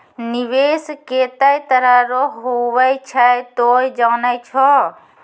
निवेश केतै तरह रो हुवै छै तोय जानै छौ